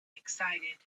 excited